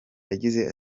yagize